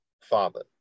father